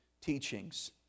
teachings